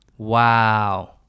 Wow